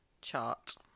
chart